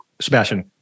Sebastian